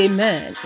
Amen